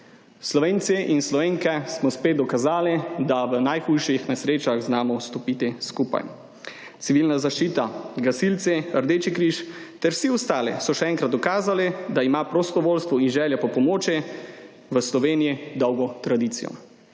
Slovenke in Slovenci smo spet dokazali, da v najhujših nesrečah znamo stopiti skupaj. Civilna zaščita, gasilci, Rdeči križ ter vsi ostali so še enkrat dokazali, da ima prostovoljstvo in želja po pomoči v Sloveniji dolgo tradicijo.